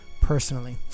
personally